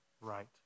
right